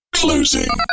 closing